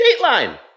Dateline